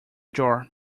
jar